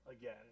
again